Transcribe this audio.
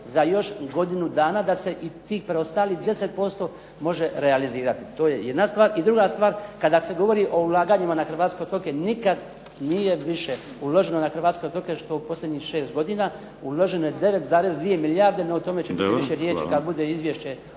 za još godinu dana da se i ti preostalih 10% može realizirati. To je jedna stvar. I druga stvar kada se govori o ulaganjima na hrvatske otoke, nikad nije više uloženo na hrvatske otoke što u posljednjih 6 godina. Uloženo je 9,2 milijarde no o tome ćemo više riječi kad bude izvješće